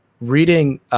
reading